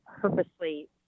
purposely